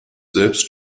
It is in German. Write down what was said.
selbst